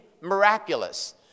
miraculous